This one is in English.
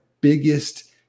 biggest